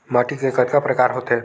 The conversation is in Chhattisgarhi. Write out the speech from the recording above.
माटी के कतका प्रकार होथे?